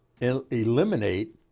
eliminate